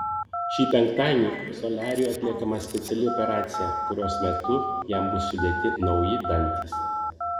šį penktadienį soliariui atliekama speciali operacija kurios metu jam bus sudėti nauji dantys